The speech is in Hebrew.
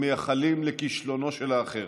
הם מייחלים לכישלונו של האחר.